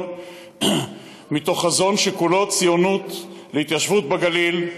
מתוך חזון שכולו ציונות להתיישבות בגליל.